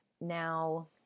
now